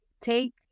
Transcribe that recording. take